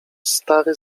stary